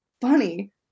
funny